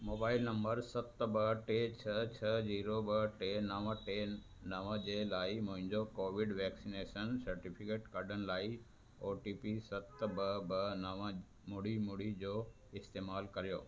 mobile number सत ॿ टे छह छह ज़ीरो ॿ टे नव टे नव जे लाइ मुंहिंजो कोविड वैक्सनेशन सटिफिकेट कढण लाइ ओ टी पी सत ॿ ॿ नव ॿुड़ी ॿुड़ी जो इस्तेमालु करियो